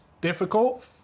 difficult